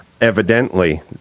evidently